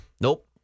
nope